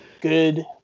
good